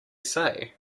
say